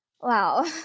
wow